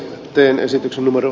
teen esityksen modo